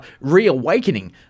reawakening